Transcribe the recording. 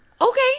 Okay